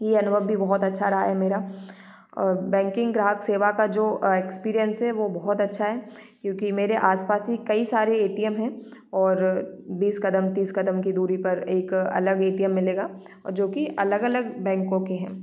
ये अनुभव भी बहुत अच्छा रहा है मेरा और बैंकिंग ग्राहक सेवा का जो अ एक्सपीरियंस है वो बहुत अच्छा है क्योंकि मेरे आसपास ही कई सारे ए टी एम हैं और बीस कदम तीस कदम की दूरी पर एक अलग ए टी एम मिलेगा और जो कि अलग अलग बैंकों के हैं